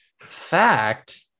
fact